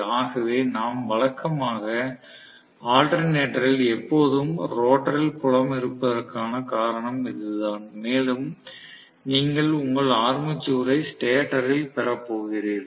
ஆகவே நாம் வழக்கமாக ஆல்டர்னேட்டரில் எப்போதும் ரோட்டரில் புலம் இருப்பதற்கான காரணம் இதுதான் மேலும் நீங்கள் உங்கள் ஆர்மேச்சரை ஸ்டேட்டரில் பெற போகிறீர்கள்